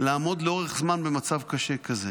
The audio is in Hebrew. לעמוד לאורך זמן במצב קשה כזה.